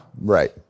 right